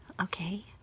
Okay